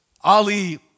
Ali